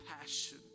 passion